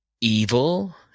evil